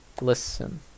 Listen